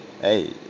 Hey